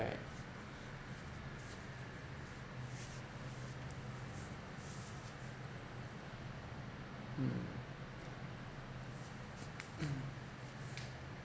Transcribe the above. mm mm